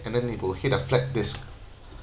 and then hit a flat disc